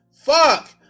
Fuck